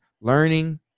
learning